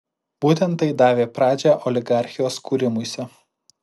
būtent tai davė pradžią oligarchijos kūrimuisi